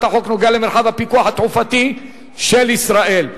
החוק נוגע למרחב הפיקוח התעופתי של ישראל,